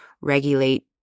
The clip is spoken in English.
regulate